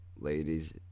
ladies